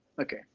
Okay